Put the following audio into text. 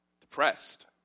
depressed